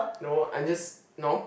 no I'm just no